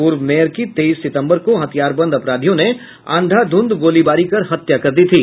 पूर्व मेयर की तेईस सितम्बर को हथियारबंद अपराधियों ने अंधाधुध गोलीबारी कर हत्या कर दी थी